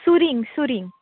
सुरींग सुरींग